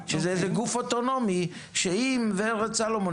שזה איזה גוף אוטונומי שאם ורד סולומון